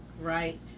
Right